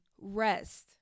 rest